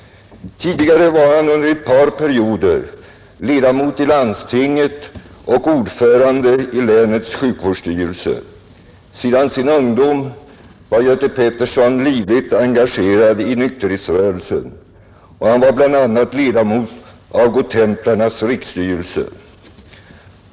Tidigare var han under ett par perioder ledamot av landstinget i Blekinge län och ordförande i länets sjukvårdsstyrelse. Sedan sin ungdom var Göte Peterson livligt engagerad i nykterhetsrörelsen, och han var bl.a. ledamot av Godtemplarnas riksstyrelse.